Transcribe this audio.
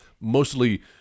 mostly